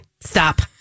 Stop